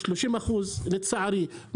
ולצערי,